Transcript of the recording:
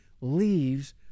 Leaves